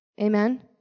Amen